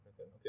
Okay